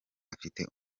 afite